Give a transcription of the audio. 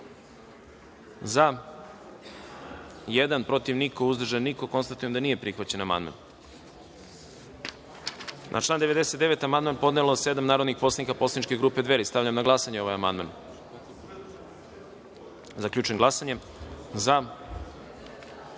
za – jedan, protiv – niko, uzdržanih – nema. Konstatujem da nije prihvaćen amandman. Na član 99. amandman je podnelo sedam narodnih poslanika Poslaničke grupe Dveri. Stavljam na glasanje ovaj amandman. Zaključujem glasanje i